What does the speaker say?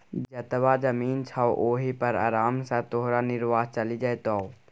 जतबा जमीन छौ ओहि पर आराम सँ तोहर निर्वाह चलि जेतौ